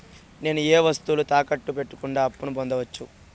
నేను ఏ వస్తువులు తాకట్టు పెట్టకుండా అప్పును పొందవచ్చా?